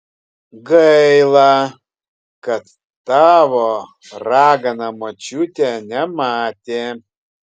gaila kad tavo ragana močiutė nematė